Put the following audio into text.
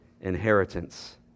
inheritance